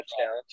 touchdown